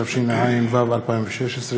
התשע"ו 2016,